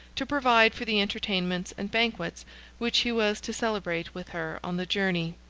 to provide for the entertainments and banquets which he was to celebrate with her on the journey.